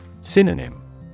Synonym